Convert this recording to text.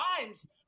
times